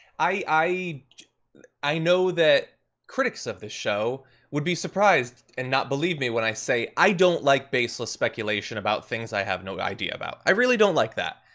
i i i know that critics of the show would be surprised, and not believe me when i say i don't like baseless speculation about things i have no idea about. i really don't like that.